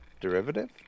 derivative